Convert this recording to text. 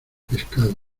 pescado